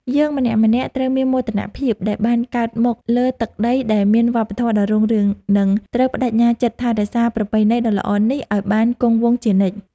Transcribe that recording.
យើងម្នាក់ៗត្រូវមានមោទនភាពដែលបានកើតមកលើទឹកដីដែលមានវប្បធម៌ដ៏រុងរឿង និង ត្រូវប្តេជ្ញាចិត្តថែរក្សាប្រពៃណីដ៏ល្អនេះឱ្យបានគង់វង្សជានិច្ច។